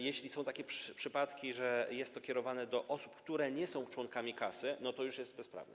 Jeśli są takie przypadki, że jest to kierowane do osób, które nie są członkami kasy, to jest to bezprawne.